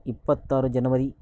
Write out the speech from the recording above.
ಇಪ್ಪತ್ತಾರು ಜನವರಿ